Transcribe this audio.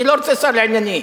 אני לא רוצה שר לענייני.